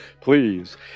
Please